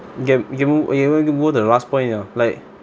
you can you can move okay move to the last point lah like